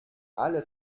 alle